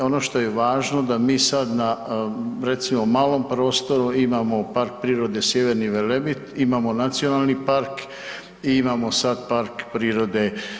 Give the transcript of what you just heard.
Ono što je, ono što je važno da mi sad na recimo malom prostoru imamo Park prirode Sjeverni Velebit, imamo nacionalni park i imamo sad park prirode.